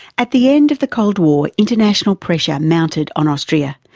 at the end of the cold war, international pressure mounted on austria,